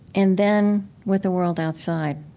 and then with the world outside.